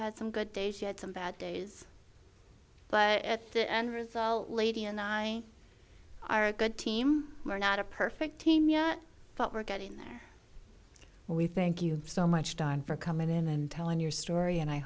had some good day she had some bad days but at the end result lady and i are a good team we're not a perfect team yet but we're getting there we thank you so much don for coming in and telling your story and i